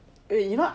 eh you know